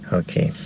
okay